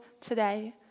today